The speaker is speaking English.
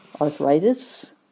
arthritis